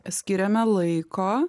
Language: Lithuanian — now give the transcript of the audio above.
skiriame laiko